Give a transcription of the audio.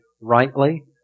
rightly